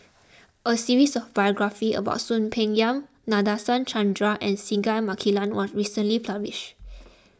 a series of biographies about Soon Peng Yam Nadasen Chandra and Singai Mukilan was recently published